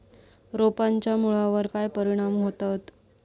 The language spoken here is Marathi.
रोपांच्या मुळावर काय परिणाम होतत?